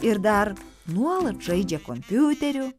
ir dar nuolat žaidžia kompiuteriu